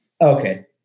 okay